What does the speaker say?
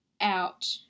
out